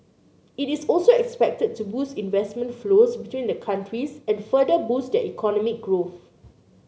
it is also expected to boost investment flows between the countries and further boost their economic growth